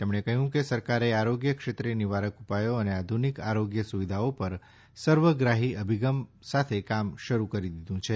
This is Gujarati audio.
તેમણે કહ્યું કે સરકારે આરોગ્ય ક્ષેત્રે નિવારક ઉપાયો સાથે આધુનિક આરોગ્ય સુવિધાઓ પર સર્વગ્રાહી અભિગમ સાથે કામ શરૂ કરી દીધું છે